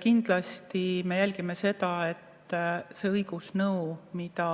Kindlasti me jälgime seda, et seda õigusnõu, mida